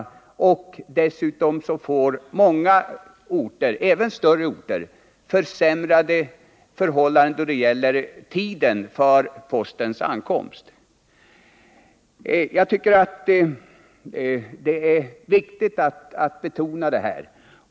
Dessutom får många orter, även större, försämrade förhållanden då det gäller tiden för postens ankomst. Jag tycker att det är viktigt att betona detta.